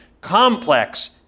complex